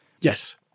Yes